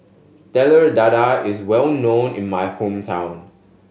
Telur Dadah is well known in my hometown